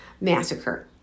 Massacre